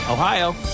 Ohio